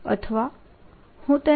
અથવા હું તેને